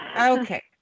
Okay